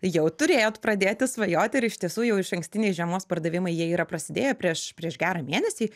jau turėjot pradėti svajoti ir iš tiesų jau išankstiniai žiemos pardavimai jie yra prasidėję prieš prieš gerą mėnesį